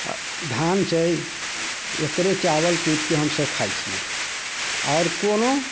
धान छै एकरे चावल कुटिके हमसब खाइ छिए आओर कोनो